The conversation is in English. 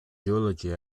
geology